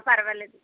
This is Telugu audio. పర్వాలేదండి